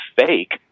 fake